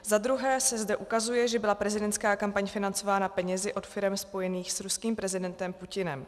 Zadruhé se zde ukazuje, že byla prezidentská kampaň financována penězi od firem spojených s ruským prezidentem Putinem.